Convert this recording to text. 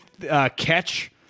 catch